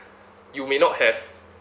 you may not have